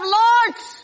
lords